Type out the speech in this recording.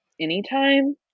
anytime